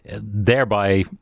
thereby